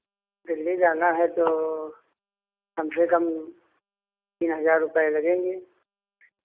दिल्ली जाना है तो कम से कम तीन हज़ार रुपए लगेंगे